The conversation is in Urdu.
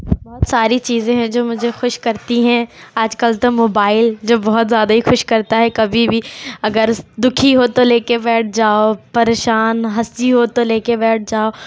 بہت ساری چیزیں ہیں جو مجھے خوش کرتی ہیں آج کل تو موبائل جو بہت زیادہ ہی خوش کرتا ہے کبھی بھی اگر دکھی ہو تو لے كے بیٹھ جاؤ پریشان ہنسی ہو تو لے كے بیٹھ جاؤ